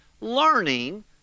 learning